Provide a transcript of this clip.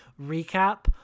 recap